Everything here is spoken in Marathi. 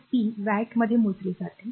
तर पी वॅट्समध्ये मोजले जाते